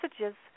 messages